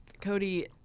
Cody